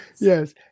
yes